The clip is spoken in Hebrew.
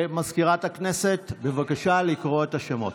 מזכירת הכנסת, בבקשה לקרוא את השמות.